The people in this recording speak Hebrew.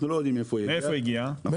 אנחנו לא יודעים מאיפה היא הגיעה.